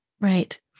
Right